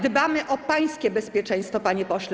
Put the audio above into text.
Dbamy o pańskie bezpieczeństwo, panie pośle.